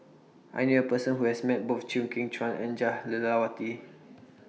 I knew A Person Who has Met Both Chew Kheng Chuan and Jah Lelawati